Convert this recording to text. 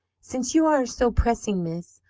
since you are so pressing, miss,